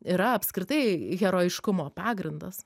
yra apskritai herojiškumo pagrindas